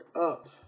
up